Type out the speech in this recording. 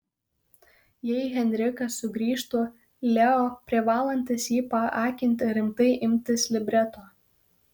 jei heinrichas sugrįžtų leo privalantis jį paakinti rimtai imtis libreto